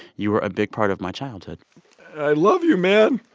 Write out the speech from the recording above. you were a big part of my childhood i love you, man